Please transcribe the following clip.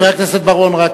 חבר הכנסת בר-און,